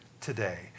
today